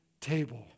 table